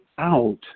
out